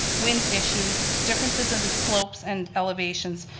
wind issues, differences in slopes and elevations,